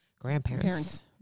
grandparents